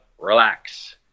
relax